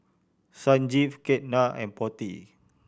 Sanjeev Ketna and Potti